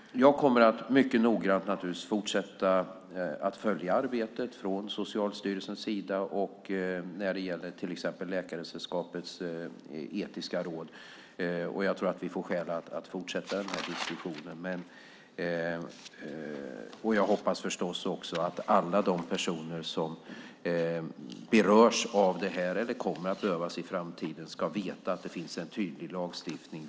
Jag kommer naturligtvis att mycket noggrant fortsätta att följa arbetet från Socialstyrelsens sida och till exempel Läkaresällskapets etiska råd. Jag tror att vi får skäl att fortsätta denna diskussion. Jag hoppas förstås också att alla de personer som berörs eller i framtiden kommer att beröras av detta ska veta att det finns en tydlig lagstiftning.